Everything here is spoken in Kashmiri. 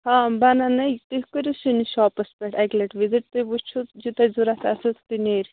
ہاں بنَن ہَے تُہۍ کٔرِو سٲنِس شاپس پٮ۪ٹھ اَکہِ لٹہِ وِزِٹ تُہۍ وُچھِو یہِ تۅہہِ ضروٗرت آسٮ۪و تہِ نیرِ